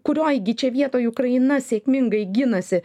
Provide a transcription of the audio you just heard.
kurioj gi čia vietoj ukraina sėkmingai ginasi